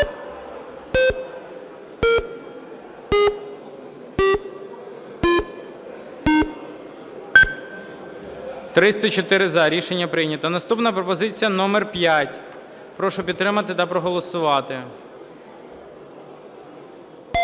За-304 Рішення прийнято. Наступна пропозиція номер 5. Прошу підтримати та проголосувати.